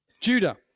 Judah